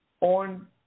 on